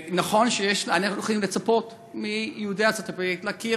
נכון שאנחנו יכולים לצפות מיהודי ארצות-הברית להכיר